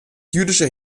jüdischer